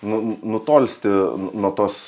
nu nutolsti nuo tos